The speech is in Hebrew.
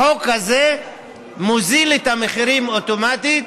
החוק הזה מוריד את המחירים אוטומטית,